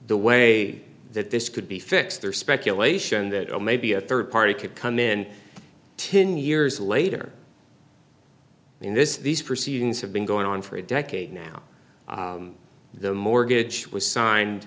the way that this could be fixed or speculation that oh maybe a third party could come in ten years later in this these proceedings have been going on for a decade now the mortgage was signed